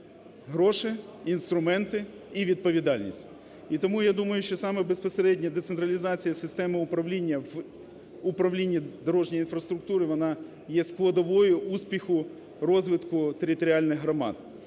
Гроші, інструменти і відповідальність. І тому я думаю, що саме безпосередня децентралізація системи управління в управлінні дорожньої інфраструктури, вона є складовою успіху розвитку територіальних громад.